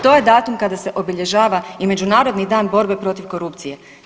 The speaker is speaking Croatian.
To je datum kada se obilježava i Međunarodni dan borbe protiv korupcije.